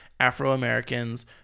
Afro-Americans